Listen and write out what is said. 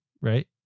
right